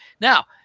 Now